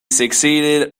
succeeded